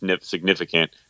significant